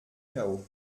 chaos